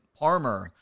Parmer